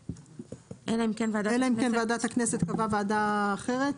אלא אם כן ועדת הכנסת קבעה ועדה אחרת?